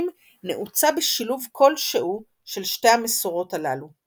נעוצה בשילוב כלשהו של שתי המסורות הללו.